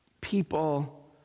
people